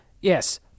Yes